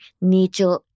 nature